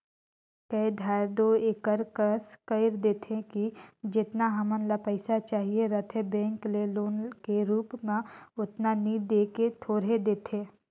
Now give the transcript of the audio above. कए धाएर दो एकर कस कइर देथे कि जेतना हमन ल पइसा चाहिए रहथे बेंक ले लोन के रुप म ओतना नी दे के थोरहें दे देथे